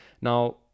Now